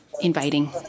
invading